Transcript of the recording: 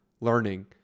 learning